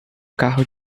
carro